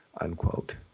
unquote